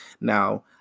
Now